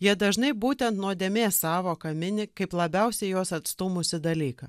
jie dažnai būtent nuodėmės sąvoką mini kaip labiausiai juos atstūmusį dalyką